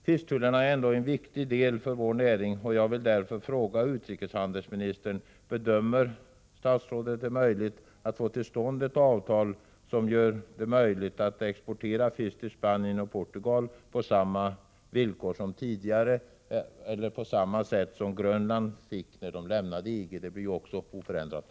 Fisktullarna är ändå en viktig del av vår näring, och jag vill därför fråga utrikeshandelsministern: Bedömer statsrådet det som möjligt att få till stånd ett avtal varigenom vi kan exportera fisk till Spanien och Portugal på samma villkor som tidigare eller på samma oförändrade sätt som skedde när Grönland lämnade EG; där blev det ingen förändring.